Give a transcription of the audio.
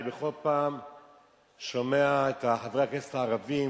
אני בכל פעם שומע את חברי הכנסת הערבים,